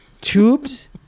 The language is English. tubes